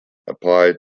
applied